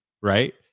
right